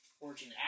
origin